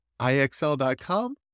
IXL.com